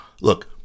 look